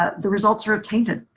ah the results are ah tainted.